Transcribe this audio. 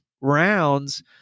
rounds